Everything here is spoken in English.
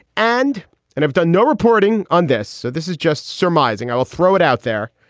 and and i've done no reporting on this. so this is just surmising i'll throw it out there.